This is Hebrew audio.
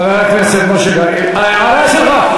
חבר הכנסת משה גפני, ההערה שלך.